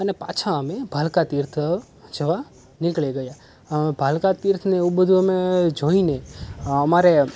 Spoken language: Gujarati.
અને પાછા અમે ભાલકા તીર્થએ જવા નીકળી ગયા ભાલકા તીર્થને એવું બધું અમે જોઈને અમારે